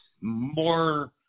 more